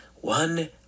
one